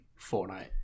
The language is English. Fortnite